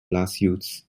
lawsuits